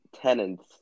tenants